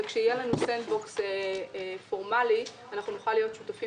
וכשיהיה לנו סאנד בוקס פורמלי נוכל להיות שותפים